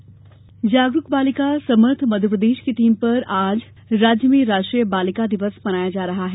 बेटी बचाओ जागरुक बालिका समर्थ मध्यप्रदेश की थीम पर आज राज्य में राष्ट्रीय बालिका दिवस मनाया जा रहा है